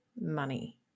money